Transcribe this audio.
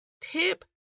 tip